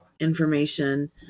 information